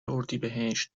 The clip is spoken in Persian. اردیبهشت